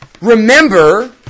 remember